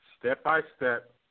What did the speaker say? step-by-step